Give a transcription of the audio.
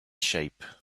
shape